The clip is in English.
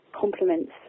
complements